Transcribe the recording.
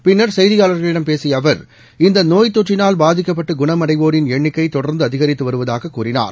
பின்னர் செய்தியாளர்களிடம் பேசிய அவர் இந்த நோய் தொற்றினால் பாதிக்கப்பட்டு குணமடைவோரின் எண்ணிக்கை தொடர்ந்து அதிகரித்து வருவதாகக் கூறினார்